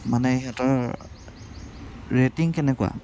মানে সিহঁতৰ ৰেটিং কেনেকুৱা